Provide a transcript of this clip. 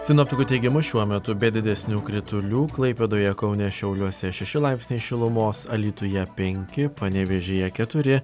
sinoptikų teigimu šiuo metu be didesnių kritulių klaipėdoje kaune šiauliuose šeši laipsniai šilumos alytuje penki panevėžyje keturi